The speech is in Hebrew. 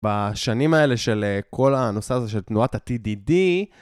בשנים האלה של כל הנושא הזה של תנועת ה-TDD.